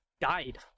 died